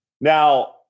Now